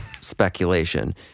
speculation